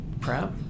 prep